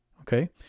okay